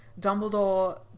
Dumbledore